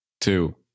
Two